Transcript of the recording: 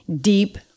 deep